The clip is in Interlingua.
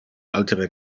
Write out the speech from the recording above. altere